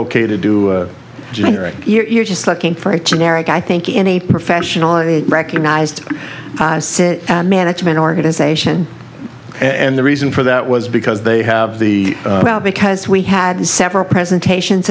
ok to do generic you're just looking for a generic i think in a professionally recognized management organization and the reason for that was because they have the about because we had several presentations